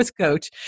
coach